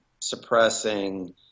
suppressing